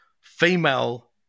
female